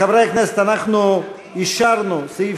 חברי הכנסת, אנחנו הסרנו את